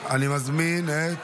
אני מזמין את